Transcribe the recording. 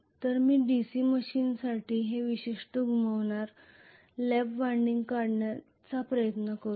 तर मी DC मशीनसाठी हे विशिष्ट घुमावणारे लॅप वायंडिंग काढण्याचा प्रयत्न करेन